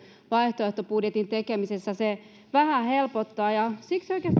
vaihtoehtobudjetin tekemisessä se vähän helpottaa ja siksi oikeasti